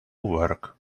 work